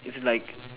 it's like